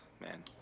Man